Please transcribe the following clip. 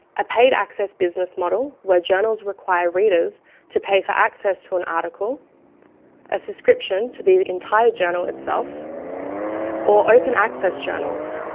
a paid access business model, where journals require readers to pay for access to an article a subscription to the entire journal itself or open access journals,